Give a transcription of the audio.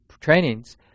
trainings